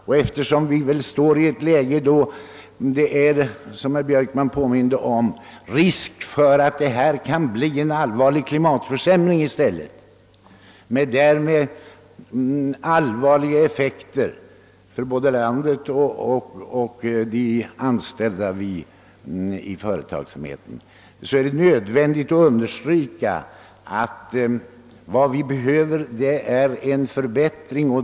Och eftersom vi befinner oss i ett läge då det — som herr Björkman påminde om — är risk för att det härvidlag i stället kan bli en kraftig försämring, med allvarliga effekter för både landet och de anställda inom företagsamheten, är det nödvändigt att understryka vikten av klimatförbättring.